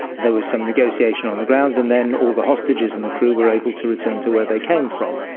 there was some negotiation on the ground and then all the hostages and the crew were able to return to where they came from.